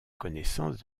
connaissance